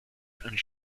and